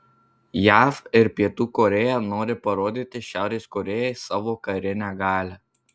jav ir pietų korėja nori parodyti šiaurės korėjai savo karinę galią